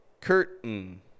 Curtain